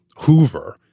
Hoover